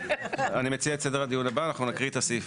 אני מציע את סדר הדיון הבא: אנחנו נקריא את הסעיפים.